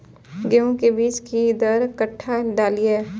गेंहू के बीज कि दर कट्ठा डालिए?